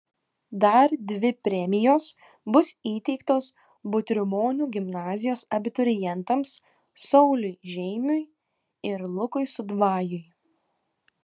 dar dvi premijos bus įteiktos butrimonių gimnazijos abiturientams sauliui žeimiui ir lukui sudvajui